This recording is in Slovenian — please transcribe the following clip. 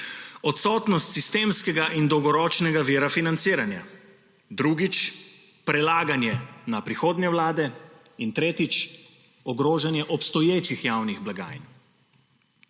odsotnost sistemskega in dolgoročnega vira financiranja. Drugič, prelaganje na prihodnje Vlade. Tretjič, ogrožanje obstoječih javnih blagajn.